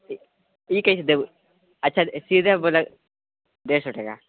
ई कैसे देबू अच्छा सीधे बोलऽ डेढ़ सए टका